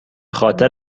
خاطر